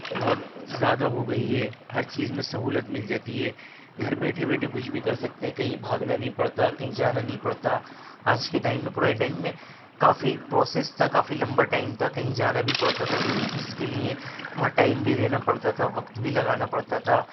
بہت زیادہ ہو گئی ہے ہر چیز میں سہولت مل جاتی ہے گھر بیٹھے بیٹھے کچھ بھی کر سکتے ہیں کہیں بھاگنا نہیں پڑتا کہیں جانا نہیں پڑتا آج کے ٹائم میں پرانے ٹائم میں کافی پروسیس تھا کافی لمبا ٹائم تھا کہیں جانا بھی پڑتا تھا کسی چیز کے لیے وہاں ٹائم بھی دینا پڑتا تھا وقت بھی لگانا پڑتا تھا